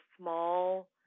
small